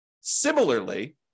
Similarly